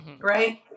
right